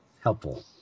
helpful